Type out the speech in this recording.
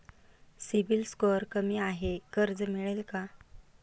CIBIL score कमी आहे कर्ज मिळेल का?